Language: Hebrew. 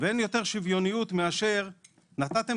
ואין יותר שוויוניות מאשר --- נתתם